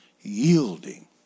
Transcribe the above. Yielding